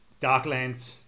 Darklands